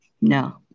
No